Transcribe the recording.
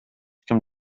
ким